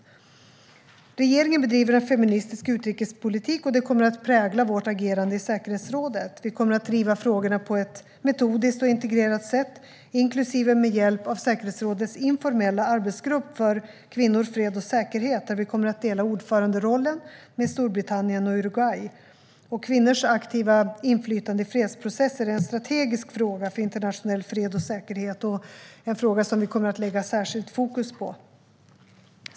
Sveriges regering bedriver en feministisk utrikespolitik. Detta kommer att prägla Sveriges agerande i säkerhetsrådet. Vi kommer att driva dessa frågor på ett metodiskt och integrerat sätt, bland annat med hjälp av säkerhetsrådets informella arbetsgrupp för kvinnor, fred och säkerhet, där vi kommer att dela ordföranderollen med Storbritannien och Uruguay. Kvinnors aktiva inflytande i fredsprocesser är en strategisk fråga för internationell fred och säkerhet och en fråga som Sverige kommer att lägga särskilt fokus på.